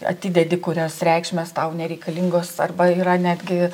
atidedi kurios reikšmės tau nereikalingos arba yra netgi